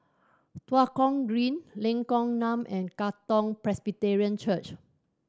Tua Kong Green Lengkok Enam and Katong Presbyterian Church